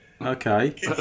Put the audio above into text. Okay